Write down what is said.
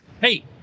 hey